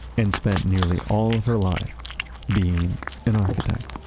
and spent nearly all of her life being an architect